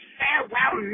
farewell